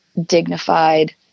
dignified